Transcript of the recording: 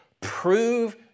prove